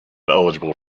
eligible